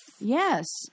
Yes